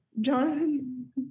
Jonathan